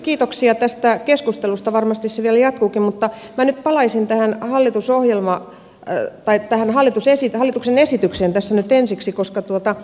kiitoksia tästä keskustelusta varmasti se vielä jatkuukin mutta minä nyt palaisin tähän hallitusohjelma ja että hallitus ei sitä hallituksen esitykseen ensiksi koska tämä keskustelu meni nyt